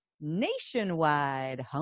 nationwide